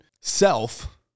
self